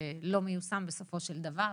שלא מיושם בסופו של דבר